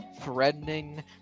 threatening